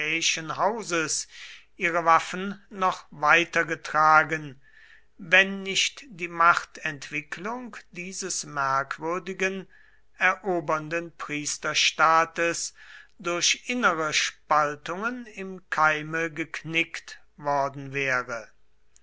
hauses ihre waffen noch weiter getragen wenn nicht die machtentwicklung dieses merkwürdigen erobernden priesterstaates durch innere spaltungen im keime geknickt worden wäre